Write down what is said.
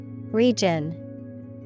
Region